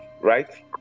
right